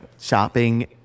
shopping